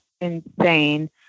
insane